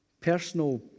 personal